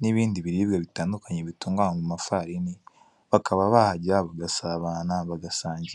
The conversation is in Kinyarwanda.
n'ibindo biribwa bitandukanye bitunganywa mu mafarini bakababa bahajya abagasabana bagasangira.